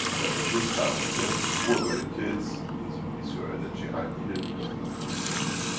that at this parameter, whoever it is, means release your energy i need it because nothing is coming in.